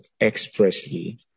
expressly